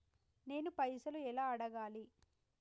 నేను పైసలు ఎలా అడగాలి?